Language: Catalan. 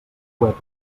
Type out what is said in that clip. web